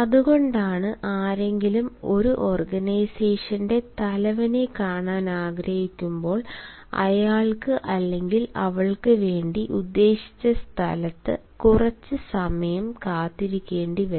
അതുകൊണ്ടാണ് ആരെങ്കിലും ഒരു ഓർഗനൈസേഷന്റെ തലവനെ കാണാൻ ആഗ്രഹിക്കുമ്പോൾ അയാൾക്ക് അല്ലെങ്കിൽ അവൾക്ക് വേണ്ടി ഉദ്ദേശിച്ച സ്ഥലത്ത് കുറച്ച് സമയം കാത്തിരിക്കേണ്ടി വരുന്നത്